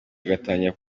atangira